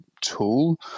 tool